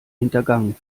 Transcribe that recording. hintergangen